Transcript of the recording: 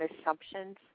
assumptions